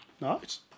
Nice